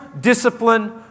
discipline